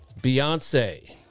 Beyonce